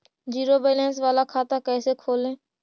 Zero balance बाला खाता कैसे खोले?